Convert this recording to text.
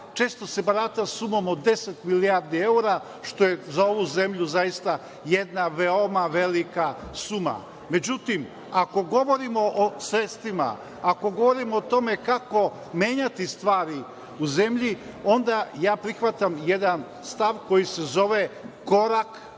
često se barata sumom od deset milijardi evra, što je za ovu zemlju zaista jedna veoma velika suma. Međutim, ako govorimo o sredstvima, ako govorimo o tome kako menjati stvari u zemlji, onda prihvatam jedan stav koji se zove korak po